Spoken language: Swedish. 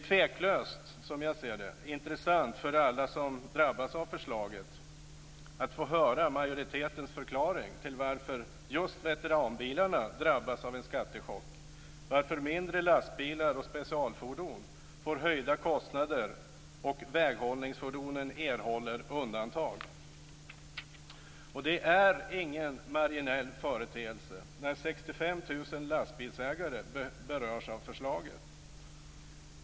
Tveklöst är det, som jag ser saken, intressant för alla som drabbas av förslaget att få höra majoritetens förklaring till att just veteranbilar drabbas av en skattechock och att mindre lastbilar och specialfordon får höjda kostnader, medan väghållningsfordon erhåller undantag. Det är ingen marginell företeelse när 65 000 lastbilsägare berörs av förslaget.